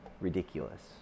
ridiculous